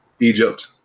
Egypt